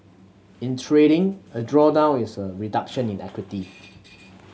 in trading a drawdown is a reduction in equity